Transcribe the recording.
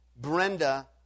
Brenda